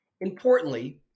Importantly